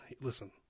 listen